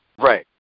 Right